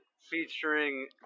featuring